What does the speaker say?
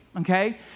Okay